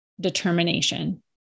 determination